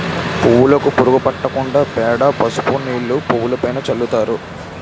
పువ్వులుకు పురుగు పట్టకుండా పేడ, పసుపు నీళ్లు పువ్వులుపైన చల్లుతారు